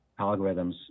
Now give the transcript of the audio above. algorithms